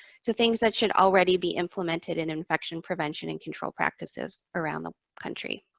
so things that should already be implemented in infection prevention and control practices around the country.